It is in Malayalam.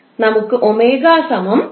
നമുക്ക് 𝜔 2𝜋𝑓 ലഭിക്കും